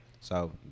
So-